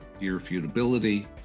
irrefutability